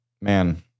man